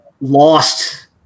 lost